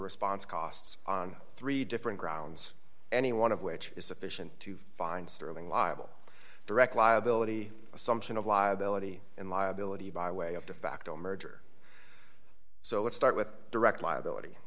response costs on three dollars different grounds any one of which is sufficient to find sterling liable direct liability assumption of liability and liability by way of de facto merger so let's start with direct liability